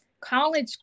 college